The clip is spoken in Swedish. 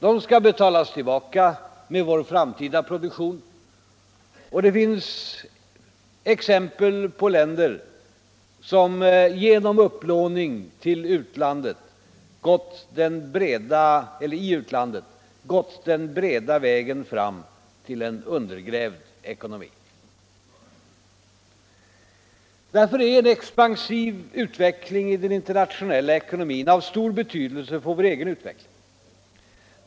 De skall betalas tillbaka med vår framtida produktion, och det finns exempel på länder som genom upplåning i utlandet gått den breda vägen fram till en undergrävd ekonomi. Därför är en expansiv utveckling i den internationella ekonomin av stor betydelse för vår egen utveckling.